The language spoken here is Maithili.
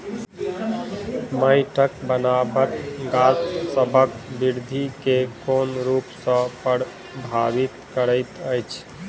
माइटक बनाबट गाछसबक बिरधि केँ कोन रूप सँ परभाबित करइत अछि?